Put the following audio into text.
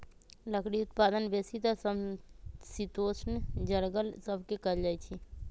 लकड़ी उत्पादन बेसीतर समशीतोष्ण जङगल सभ से कएल जाइ छइ